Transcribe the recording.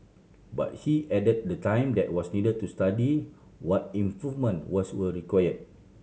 but he added the time that was needed to study what improvement was were require